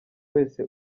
wese